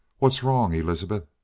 what's wrong, elizabeth?